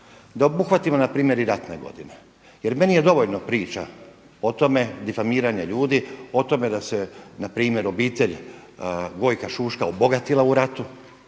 da obuhvatimo na primjer i ratne godine. Jer meni je dovoljno priča o tome, difamiranje ljudi o tome da se na primjer obitelj Gojka Šuška obogatila u ratu,